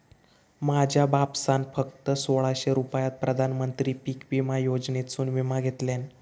माझ्या बापसान फक्त सोळाशे रुपयात प्रधानमंत्री पीक विमा योजनेसून विमा घेतल्यान